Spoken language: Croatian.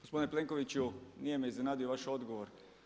Gospodine Plenkoviću nije me iznenadio vaš odgovor.